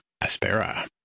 Aspera